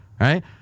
right